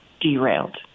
derailed